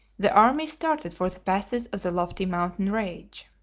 the army started for the passes of the lofty mountain range.